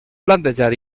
plantejat